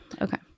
Okay